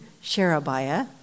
Sherebiah